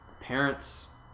parents